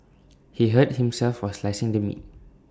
he hurt himself while slicing the meat